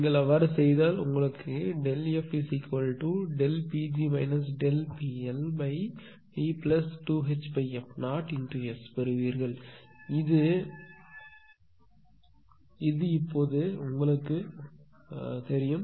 நீங்கள் அவ்வாறு செய்தால் நீங்கள் ΔfPg ΔPLD2Hf0S பெறுவீர்கள் இது இப்போது உங்களுக்குத் தெரியும்